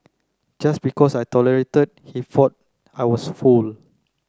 just because I tolerated he thought I was fool